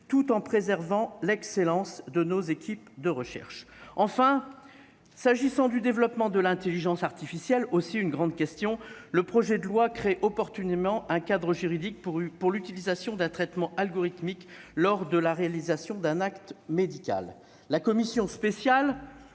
tout en préservant l'excellence de nos équipes de recherche. Enfin, concernant le développement de l'intelligence artificielle, qui constitue également un sujet de première importance, le projet de loi crée opportunément un cadre juridique pour l'utilisation d'un traitement algorithmique lors de la réalisation d'un acte médical. La commission spéciale